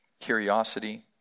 curiosity